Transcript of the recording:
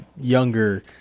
younger –